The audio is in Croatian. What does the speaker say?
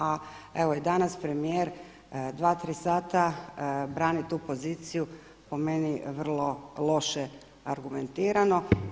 A evo i danas premijer dva, tri sata brani tu poziciju po meni vrlo loše argumentirano.